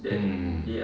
mm